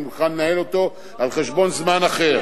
אני מוכן לנהל אותו על חשבון זמן אחר.